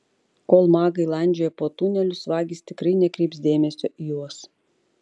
kol magai landžioja po tunelius vagys tikrai nekreips dėmesio į juos